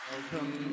Welcome